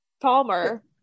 palmer